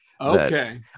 Okay